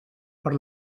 per